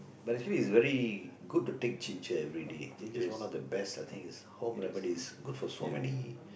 but actually is very good to take Gingers everyday Ginger is one of the best something is home remedies Ginger is good for so many